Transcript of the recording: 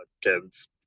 kids